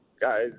Guys